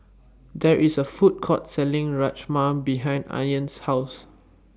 There IS A Food Court Selling Rajma behind Anya's House